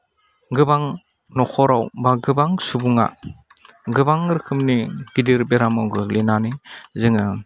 गोबां न'खराव बा गोबां सुबुङा गोबां रोखोमनि गिदिर बेरामाव गोग्लैनानै जोङो